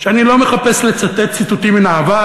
שאני לא מחפש לצטט ציטוטים מן העבר,